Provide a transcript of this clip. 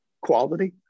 quality